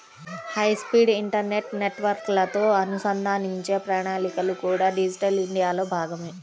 high speed internet నెట్వర్క్లతో అనుసంధానించే ప్రణాళికలు కూడా డిజిటల్ ఇండియాలో భాగమే